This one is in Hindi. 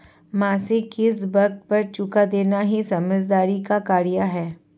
मासिक किश्त वक़्त पर चूका देना ही समझदारी का कार्य है